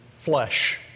flesh